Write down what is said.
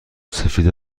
سفید